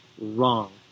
wrong